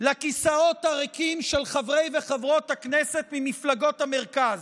לכיסאות הריקים של חברי וחברות הכנסת ממפלגות המרכז,